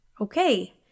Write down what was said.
okay